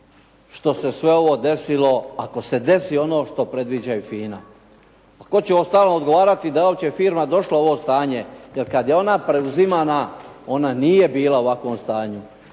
što se sve ovo desilo, ako se desi ono što predviđa i FINA? Pa tko će uostalom odgovarati da je uopće firma došla u ovo stanje? Jer kad je ona preuzimana, ona nije bila u ovakvom staju.